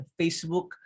Facebook